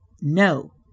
No